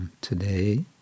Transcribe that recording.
today